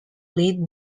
led